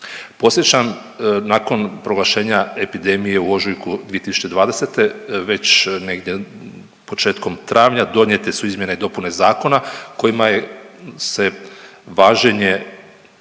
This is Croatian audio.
Podsjećam, nakon proglašenja epidemije u ožujku 2020. već negdje početkom travnja donijete su izmjene i dopune zakona kojima se važenje